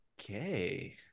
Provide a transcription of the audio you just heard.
Okay